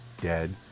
dead